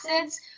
acids